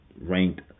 ranked